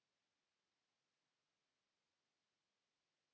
Kiitos.